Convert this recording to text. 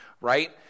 right